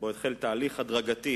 והחל תהליך הדרגתי